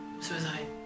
suicide